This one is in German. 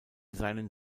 seinen